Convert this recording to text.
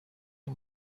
این